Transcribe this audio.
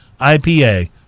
IPA